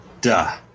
duh